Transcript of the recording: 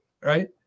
Right